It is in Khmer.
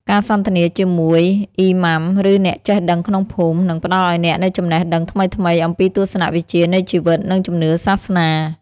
ការសន្ទនាជាមួយ អ៊ីម៉ាំ ឬអ្នកចេះដឹងក្នុងភូមិ នឹងផ្តល់ឱ្យអ្នកនូវចំណេះដឹងថ្មីៗអំពីទស្សនវិជ្ជានៃជីវិត និងជំនឿសាសនា។